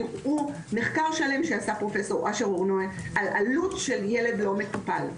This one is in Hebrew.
תראו מחקר שלם שעשה פרופסור אשר אור-נוי על עלות של ילד לא מטופל,